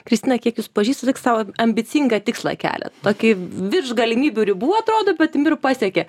kristina kiek jus pažįstu tik sau ambicingą tikslą keliat tokį virš galimybių ribų atrodo bet imi ir pasieki